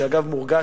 והדבר מורגש,